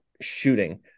shooting